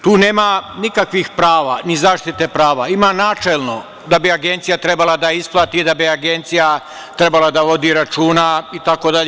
Tu nema nikakvih prava, ni zaštite prava, ima načelno, da bi agencija trebalo da isplati i da bi agencija trebalo da vodi računa itd.